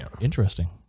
interesting